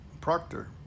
Proctor